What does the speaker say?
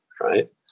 right